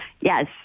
yes